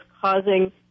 causing